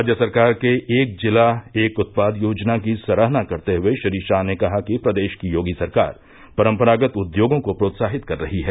राज्य सरकार के एक ज़िला एक उत्पाद योजना की सराहना करते हुए श्री शाह ने कहा कि प्रदेश की योगी सरकार परम्परागत उद्योगों को प्रोत्साहित कर रही है